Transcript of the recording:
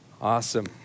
Awesome